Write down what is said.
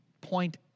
point